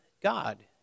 God